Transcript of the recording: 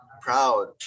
proud